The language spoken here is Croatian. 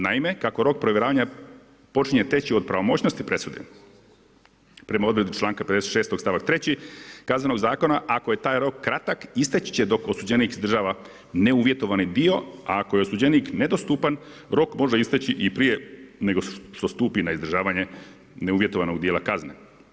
Naime, kako rok provjeravanja počinje teći od pravomoćnosti presude prema odredbi čl. 56., st. 3. Kaznenog zakona ako je taj rok kratak, isteći će dok osuđenik izdržava neuvjetovani dio, a ako je osuđenik nedostupan rok može isteći i prije nego što stupi na izdržavanje neuvjetovanog dijela kazne.